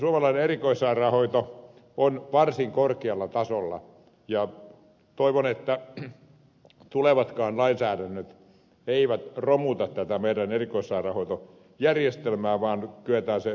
suomalainen erikoissairaanhoito on varsin korkealla tasolla ja toivon että tulevatkaan lainsäädännöt eivät romuta tätä meidän erikoissairaanhoitojärjestelmäämme vaan kyetään se ylläpitämään